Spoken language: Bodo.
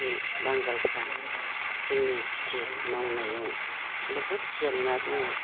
बे बांगालफ्रा जोंनि खिथि मावनायाव बहुद जेंना दङ